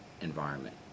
environment